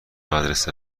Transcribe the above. مدرسه